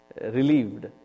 relieved